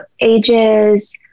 ages